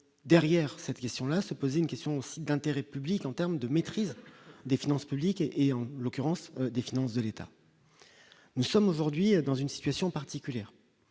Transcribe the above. derrière cette question-là, se pose une question d'intérêt public en terme de maîtrise des finances publiques et et en l'occurrence des finances de l'État, nous sommes aujourd'hui dans une situation particulière